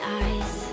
eyes